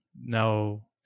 now